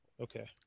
Okay